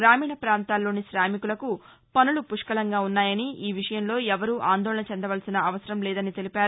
గ్రామీణ ప్రాంతాల్లోని శామికులకు పనులు పుష్కళంగా ఉన్నాయని ఈ విషయంలో ఎవరూ ఆందోళన చెందవలసిన అవసరం లేదని తెలిపారు